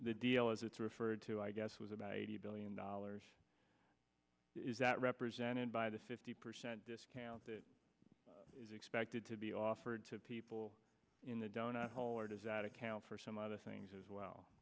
the deal as it's referred to i guess was about eighty billion dollars is that represented by the fifty percent discount that is expected to be offered to people in the donut hole or does that account for some a lot of things as well